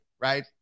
right